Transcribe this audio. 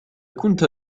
كنت